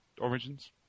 Origins